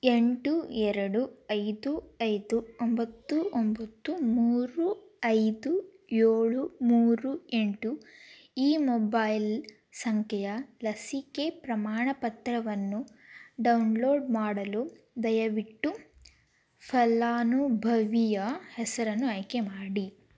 ಎಂಟು ಎರಡು ಐದು ಐದು ಒಂಬತ್ತು ಒಂಬತ್ತು ಮೂರು ಐದು ಏಳು ಮೂರು ಎಂಟು ಈ ಮೊಬೈಲ್ ಸಂಖ್ಯೆಯ ಲಸಿಕೆ ಪ್ರಮಾಣ ಪತ್ರವನ್ನು ಡೌನ್ ಲೋಡ್ ಮಾಡಲು ದಯವಿಟ್ಟು ಫಲಾನುಭವಿಯ ಹೆಸರನ್ನು ಆಯ್ಕೆ ಮಾಡಿ